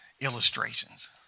illustrations